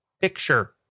picture